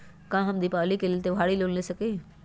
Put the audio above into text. का हम दीपावली के लेल त्योहारी लोन ले सकई?